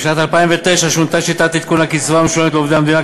בשנת 2009 שונתה שיטת עדכון הקצבה המשולמת לעובדי המדינה,